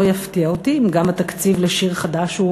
לא יפתיע אותי אם גם התקציב ל"שיר חדש" הוא